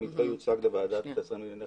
המתווה יוצג בוועדת שרים לענייני חקיקה.